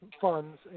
funds